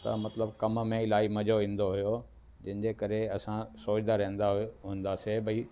त मतलबु कम में इलाही मज़ो ईंदो हुयो जंहिं जे करे असां सोईंदा रहंदा हूंदासीं भई